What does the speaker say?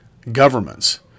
Governments